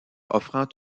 offrant